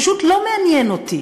פשוט לא מעניין אותי.